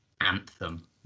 anthem